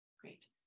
Great